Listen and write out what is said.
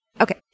Okay